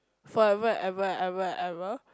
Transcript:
forever and ever and ever and ever